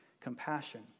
compassion